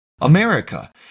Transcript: America